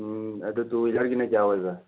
ꯎꯝ ꯑꯗꯨ ꯇꯨ ꯍ꯭ꯋꯤꯂꯔꯒꯤꯅ ꯀꯌꯥ ꯑꯣꯏꯕ